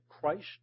Christ